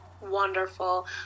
Wonderful